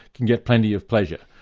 can get plenty of pleasure.